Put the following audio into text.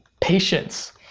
Patience